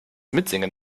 mitsingen